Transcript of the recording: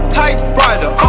typewriter